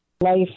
life